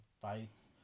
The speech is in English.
fights